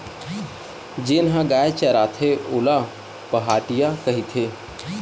जेन ह गाय चराथे ओला पहाटिया कहिथे